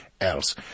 else